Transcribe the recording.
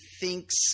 thinks